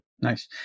Nice